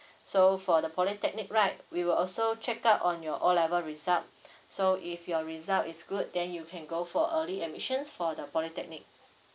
so for the polytechnic right we will also check up on your o level result so if your result is good then you can go for early admissions for the polytechnic